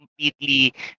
completely